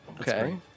Okay